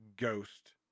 ghost